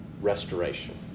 restoration